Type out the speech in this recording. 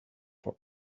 for